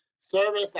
service